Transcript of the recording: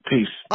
Peace